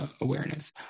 awareness